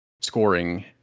scoring